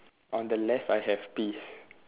on the left I have peas